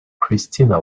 christina